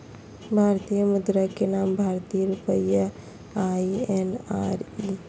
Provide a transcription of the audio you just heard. भारतीय मुद्रा के नाम भारतीय रुपया आई.एन.आर हइ